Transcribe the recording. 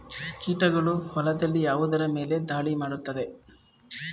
ಕೀಟಗಳು ಹೊಲದಲ್ಲಿ ಯಾವುದರ ಮೇಲೆ ಧಾಳಿ ಮಾಡುತ್ತವೆ?